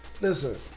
listen